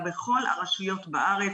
אלא בכל הרשויות בארץ,